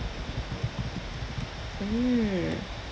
mm)